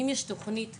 אם יש תוכנית גמורה,